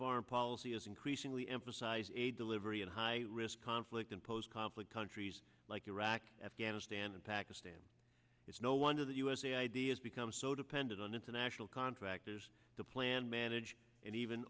foreign policy is increasingly emphasize a delivery and high risk conflict and post conflict countries like iraq afghanistan and pakistan it's no wonder that usa ideas become so dependent on international contractors to plan manage and even